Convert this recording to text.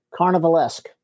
Carnivalesque